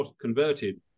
converted